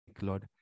Lord